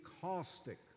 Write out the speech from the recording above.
caustic